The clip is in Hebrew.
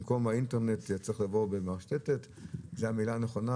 כך שבמקום האינטרנט נאמר מרשתת שהיא המילה הנכונה.